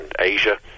Asia